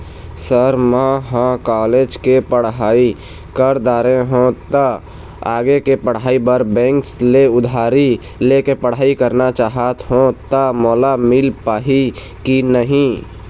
Sir म ह college के पढ़ाई कर दारें हों ता आगे के पढ़ाई बर बैंक ले उधारी ले के पढ़ाई करना चाहत हों ता मोला मील पाही की नहीं?